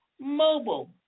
Mobile